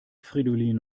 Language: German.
fridolin